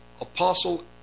apostle